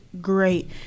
great